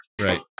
Right